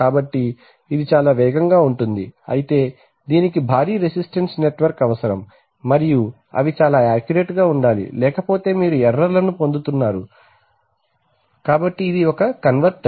కాబట్టి ఇది చాలా వేగంగా ఉంటుంది అయితే దీనికి భారీ రెసిస్టెన్స్ నెట్వర్క్ అవసరం మరియు అవి చాలా యాక్యురేట్ ఉండాలి లేకపోతే మీరు ఎర్రర్ లను పొందబోతున్నారు కాబట్టి ఇది కన్వర్టర్